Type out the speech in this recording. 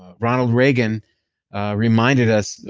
ronald reagan reminded us.